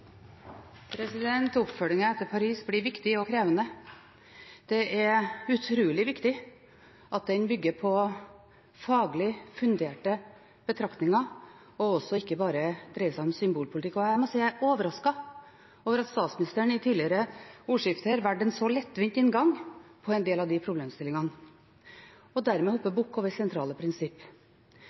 etter Paris blir viktig og krevende. Det er utrolig viktig at den bygger på faglig funderte betraktninger og ikke bare dreier seg om symbolpolitikk. Jeg må si at jeg er overrasket over at statsministeren i tidligere ordskifter har valgt en så lettvinn inngang til en del av problemstillingene, og dermed hopper bukk over sentrale